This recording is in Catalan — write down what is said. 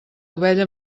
ovella